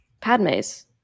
padme's